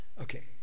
Okay